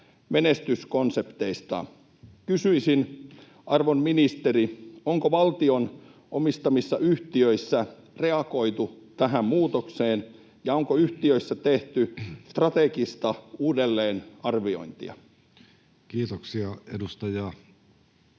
menestyskonsepteista. Kysyisin, arvon ministeri: onko valtion omistamissa yhtiöissä reagoitu tähän muutokseen, ja onko yhtiöissä tehty strategista uudelleenarviointia? [Speech